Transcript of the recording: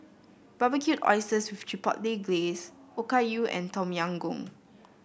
Barbecued Oysters with Chipotle Glaze Okayu and Tom Yam Goong